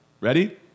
Ready